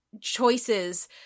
choices